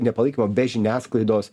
ne palaikymo be žiniasklaidos